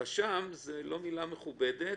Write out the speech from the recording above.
שרשם זו לא מילה מכובדת,